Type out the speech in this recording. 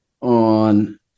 on